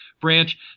branch